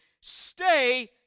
Stay